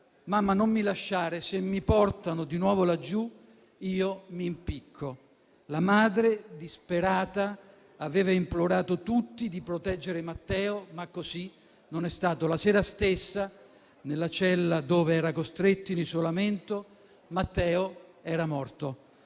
"Mamma, non mi lasciare, se mi portano di nuovo laggiù io mi impicco". La madre, disperata, aveva implorato tutti di proteggere Matteo, ma così non è stato. La sera stessa, nella cella dove era costretto in isolamento, Matteo era morto.